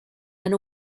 and